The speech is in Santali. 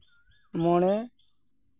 ᱢᱚᱬᱮ